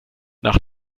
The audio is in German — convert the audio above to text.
nach